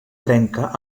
trenca